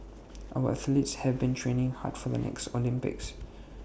our athletes have been training hard for the next Olympics